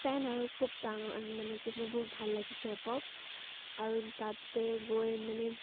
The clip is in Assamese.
ফেন আৰু খুব ডাঙৰ মানে কি মোৰ বহুত ভাল লাগে কে প'প আৰু তাতে গৈ মানে